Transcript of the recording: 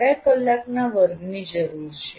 ૨ કલાકના વર્ગની જરૂર છે